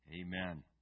Amen